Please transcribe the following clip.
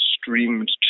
streamed